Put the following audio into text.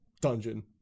dungeon